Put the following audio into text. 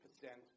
percent